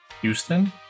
Houston